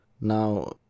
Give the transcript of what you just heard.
Now